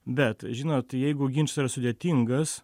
bet žinot jeigu ginčas yra sudėtingas